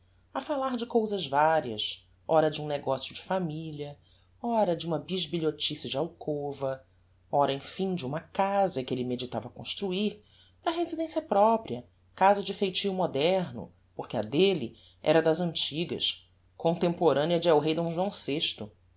a falar de cousas varias ora de um negocio de familia ora de uma bisbilhotice de alcova ora emfim de uma casa que elle meditava construir para residencia propria casa de feitio moderno porque a delle era das antigas contemporânea de el-rei d joão